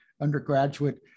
undergraduate